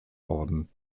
worden